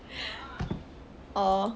oh